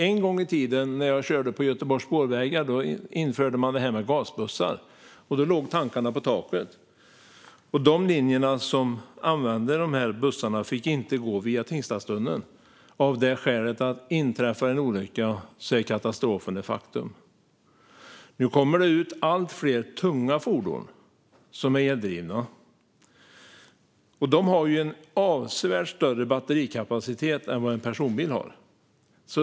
En gång i tiden, när jag körde på Göteborgs spårvägar, infördes gasbussar. Då låg tankarna på taket. De linjer där dessa bussar användes fick inte gå via Tingstadstunneln, av det skälet att katastrofen är ett faktum om det inträffar en olycka. Nu kommer det ut allt fler tunga fordon som är eldrivna, och de har en avsevärt större batterikapacitet än vad en personbil har.